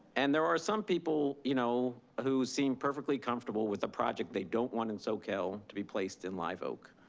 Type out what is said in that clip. and there are some people, you know, who seem perfectly comfortable with a project they don't want in soquel to be placed in live oak.